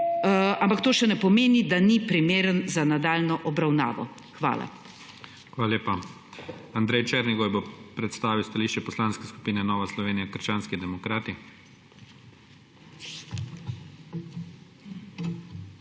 ampak to še ne pomeni, da ni primeren za nadaljnjo obravnavo. Hvala. **PREDSEDNIK IGOR ZORČIČ:** Hvala lepa. Andrej Černigoj bo predstavil stališče Poslanske skupine Nova Slovenija – krščanski demokrati.